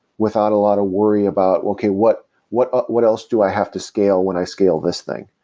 without a lot of worry about okay, what what ah what else do i have to scale when i scale this thing?